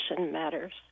matters